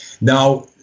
Now